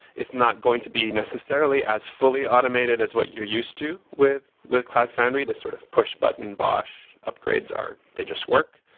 it's not going to be necessarily as fully automated as what you're used to with, with cloud foundry, that sort of pushbutton bosh upgrades are. they just work.